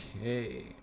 Okay